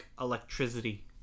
electricity